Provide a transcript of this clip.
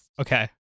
okay